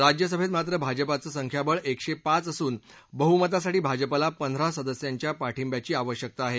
राज्यसभेत मात्र भाजपचं संख्याबळ एकशे पाच एवढं असून बह्मतासाठी भाजपला पंधरा सदस्यांच्या पाठिंब्याची आवश्यकता आहे